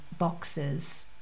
boxes